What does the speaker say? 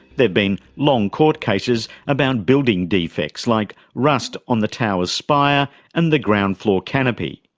there've been long court cases about building defects, like rust on the tower's spire and the ground floor canopy.